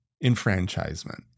enfranchisement